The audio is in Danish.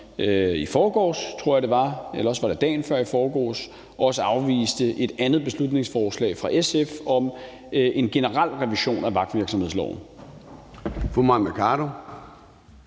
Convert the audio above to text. i forgårs, tror jeg det var, eller også var det dagen før i forgårs, også afviste et andet beslutningsforslag fra SF om en generel revision af vagtvirksomhedsloven. Kl.